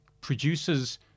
produces